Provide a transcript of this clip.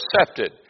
accepted